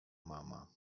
mama